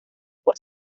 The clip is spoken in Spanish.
por